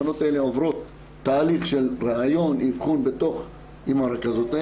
הבנות האלה עוברות תהליך ראיון ואבחון עם הרכזות .